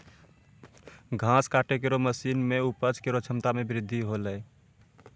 घास काटै केरो मसीन सें उपज केरो क्षमता में बृद्धि हौलै